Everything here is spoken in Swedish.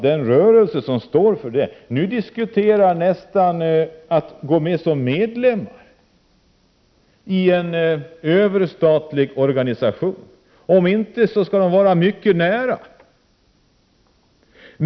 Den rörelse som står för detta diskuterar dessutom nästan att gå med som medlemmar i denna överstatliga organisation! Om inte, vill man i alla fall vara mycket nära.